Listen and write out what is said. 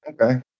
Okay